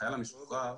לחייל המשוחרר,